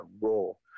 role